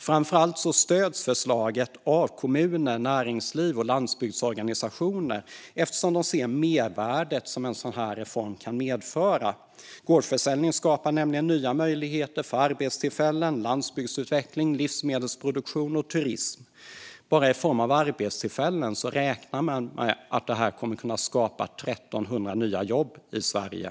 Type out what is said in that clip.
Framför allt stöds förslaget av kommuner, näringsliv och landsbygdsorganisationer eftersom de ser de mervärden som en sådan här reform kan medföra. Gårdsförsäljning skapar nämligen nya möjligheter till arbetstillfällen, landsbygdsutveckling, livsmedelsproduktion och turism. Till exempel räknar man med att det kan skapa omkring 1 300 nya jobb i Sverige.